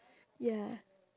ya